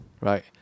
right